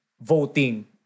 voting